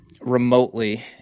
remotely